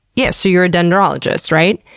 yeah so you're a dendrologist, right?